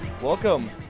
Welcome